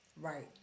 right